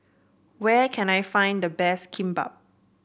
where can I find the best Kimbap